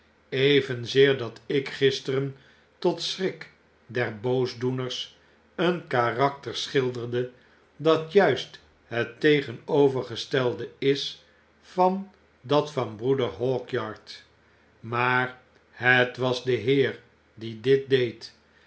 evenzeer dat ik gisteren tot schrikderboosdoeners een karakter schilderde dat juist het tegenovergestelde is van dat van broeder hawkyard maar het was de heer die dit deed